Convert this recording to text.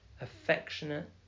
affectionate